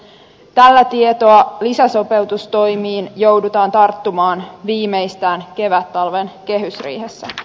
tällä tietoa lisäsopeutustoimiin joudutaan tarttumaan viimeistään kevättalven kehysriihessä